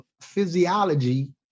physiology